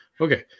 Okay